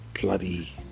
bloody